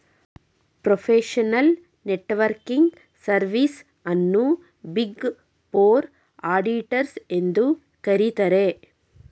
professional networking service ಅನ್ನು big four auditors ಎಂದು ಕರಿತರೆ